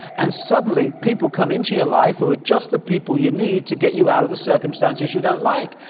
and suddenly people come into your life who were just the people you need to get you out of the circumstances you don't like,